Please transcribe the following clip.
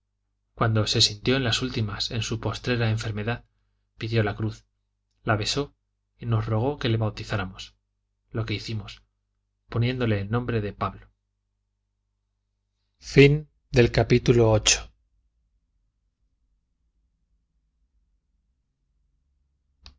cuando se sintió en las últimas en su postrera enfermedad pidió la cruz la besó y nos rogó que le bautizáramos lo que hicimos poniéndole el nombre de pablo